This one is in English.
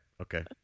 Okay